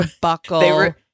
Buckle